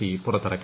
C പുറത്തിറക്കി